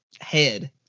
head